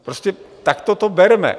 Prostě takto to berme.